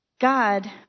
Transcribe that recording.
God